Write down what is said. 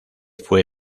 fue